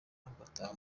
agataha